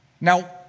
now